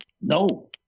No